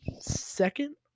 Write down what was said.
Second